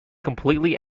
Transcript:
completely